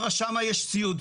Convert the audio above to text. היא אמרה שמה יש ציוד,